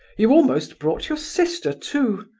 you almost brought your sister, too.